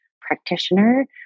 practitioner